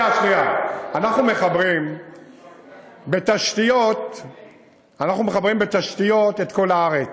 אנחנו מחברים בתשתיות את כל הארץ,